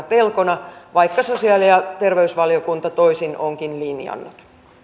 pelkona vaikka sosiaali ja terveysvaliokunta toisin onkin linjannut